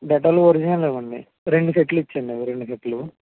Dettol original ఇవ్వండి రెండు సెట్లు ఇచ్చేయండి అవి రెండు సెట్లు